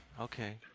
okay